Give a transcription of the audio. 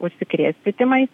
užsikrėsti tymais